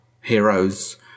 heroes